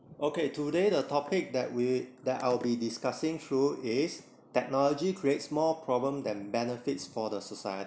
okay today the topic that we that I'll be discussing through is technology creates more problem than benefits for the society